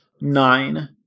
nine